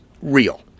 real